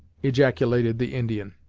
ejaculated the indian.